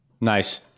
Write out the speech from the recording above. Nice